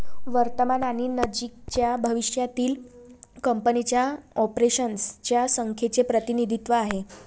वर्तमान आणि नजीकच्या भविष्यातील कंपनीच्या ऑपरेशन्स च्या संख्येचे प्रतिनिधित्व आहे